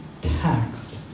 taxed